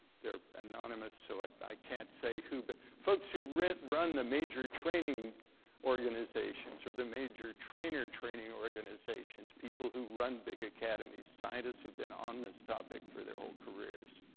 they're anonymous, so i can't say who, but folks who run run the major training organizations or the major trainer training organizations, people who run big academies, scientists who've been on this topic for their whole careers.